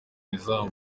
izamu